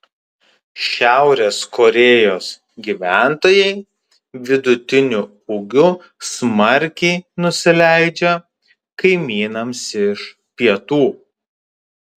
šiaurės korėjos gyventojai vidutiniu ūgiu smarkiai nusileidžia kaimynams iš pietų